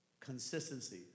Consistency